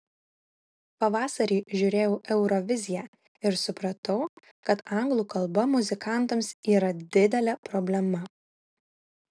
pavasarį žiūrėjau euroviziją ir supratau kad anglų kalba muzikantams yra didelė problema